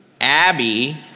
Abby